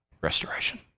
Restoration